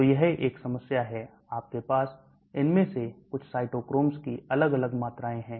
तो यह एक समस्या है आपके पास इनमें से कुछ cytochromes की अलग अलग मात्राएं हैं